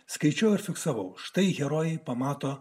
skaičiuoja fiksavo štai herojai pamato